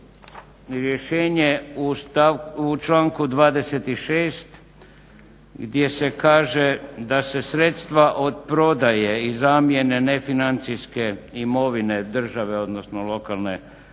rješenje u članku 26.gdje se kaže da se sredstva od prodaje i zamjene nefinancijske imovine države odnosno lokalne i